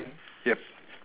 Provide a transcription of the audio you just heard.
yup